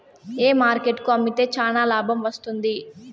ఏ market కు అమ్మితే చానా లాభం వస్తుంది?